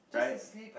right